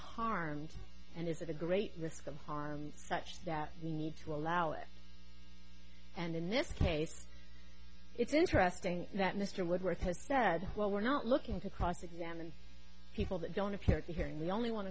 harmed and is it a great risk of harm such that we need to allow it and in this case it's interesting that mr woodward has said well we're not looking to cross examine people that don't appear at the hearing we only